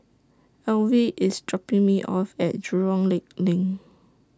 Alvie IS dropping Me off At Jurong Lake LINK